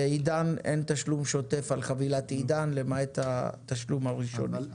בעידן אין תשלום שוטף על חבילת עידן למעט התשלום הראשון.